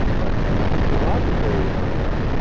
but throughout the bay area,